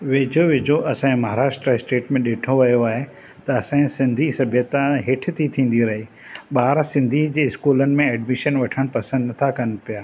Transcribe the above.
वेझो वेझो असांजे महाराष्ट्र स्टेट में ॾिठो वियो आहे त असांजी सिंधी सभ्यता हेठ थी थींदी रहे ॿार सिंधी जे स्कूलनि में एड्मिशन वठणु पसंदि नथा कनि पिया